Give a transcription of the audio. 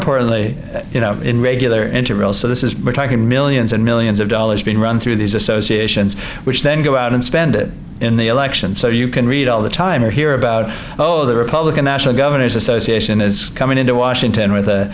importantly in regular intervals so this is we're talking millions and millions of dollars being run through these associations which then go out and spend it in the election so you can read all the time or hear about oh the republican national governors association is coming into washington with